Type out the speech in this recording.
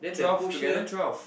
twelve together twelve